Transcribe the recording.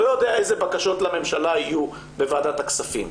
לא יודע איזה בקשות לממשלה יהיו בוועדת הכספים.